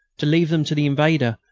to leave them to the invader,